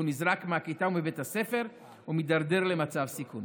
נזרק מהכיתה, מבית הספר ומידרדר למצב סיכון